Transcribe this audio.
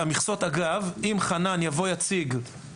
אגב, אם חנן יראה שהוא